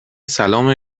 سلام